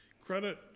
credit –